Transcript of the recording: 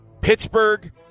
Pittsburgh